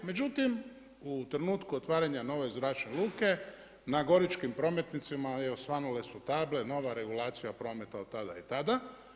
Međutim, u trenutku otvaranja nove zračne luke na goričkim prometnicama osvanule su table, nova regulacija prometa od tada i tada.